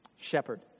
shepherd